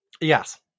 Yes